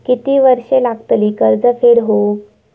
किती वर्षे लागतली कर्ज फेड होऊक?